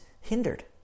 hindered